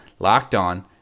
LOCKEDON